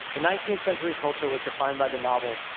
the nineteenth century culture was defined by the novel,